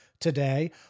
today